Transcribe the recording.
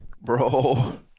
Bro